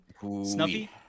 snuffy